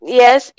yes